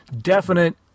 definite